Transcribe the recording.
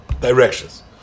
directions